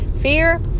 fear